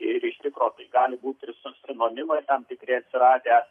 ir iš tikro gali būti ir si sinonimai tam tikri atsiradę